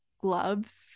gloves